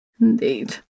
Indeed